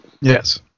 Yes